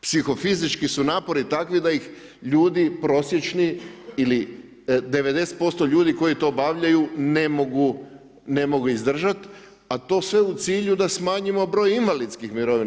Psihofizički su napori takvi da ih ljudi prosječni ili 90% ljudi koji to obavljaju ne mogu izdržati, a to sve u cilju da smanjimo broj invalidskih mirovina.